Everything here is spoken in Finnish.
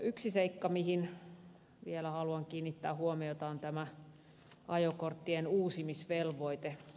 yksi seikka mihin vielä haluan kiinnittää huomiota on ajokorttien uusimisvelvoite